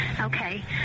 Okay